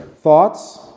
Thoughts